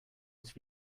his